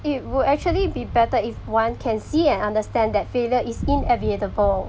it would actually be better if one can see and understand that failure is inevitable